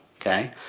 okay